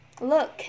Look